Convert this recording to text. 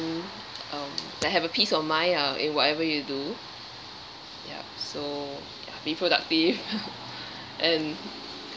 um then have a peace of mind uh in whatever you do ya so ya be productive and